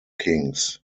kings